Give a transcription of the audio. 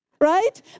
Right